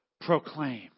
proclaim